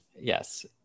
Yes